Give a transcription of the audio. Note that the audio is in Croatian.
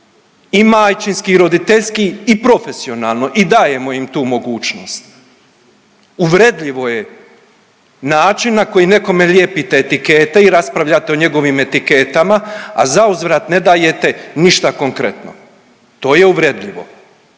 i majčinski i roditeljski i profesionalno i dajemo im tu mogućnost. Uvredljivo je način na koji nekom lijepite etikete i raspravljate o njegovim etiketama, a zauzvrat ne dajete ništa konkretno. To je uvredljivo